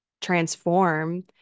transform